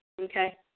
Okay